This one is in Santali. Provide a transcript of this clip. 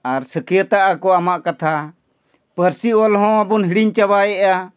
ᱟᱨ ᱥᱟᱹᱠᱭᱟᱹᱛᱟᱜ ᱟᱠᱚ ᱟᱢᱟᱜ ᱠᱟᱛᱷᱟ ᱯᱟᱹᱨᱥᱤ ᱚᱞ ᱦᱚᱸᱵᱚᱱ ᱦᱤᱲᱤᱧ ᱪᱟᱵᱟᱭᱮᱫᱼᱟ